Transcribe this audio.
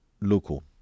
local